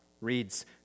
reads